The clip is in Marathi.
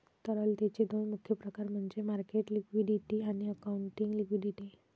तरलतेचे दोन मुख्य प्रकार म्हणजे मार्केट लिक्विडिटी आणि अकाउंटिंग लिक्विडिटी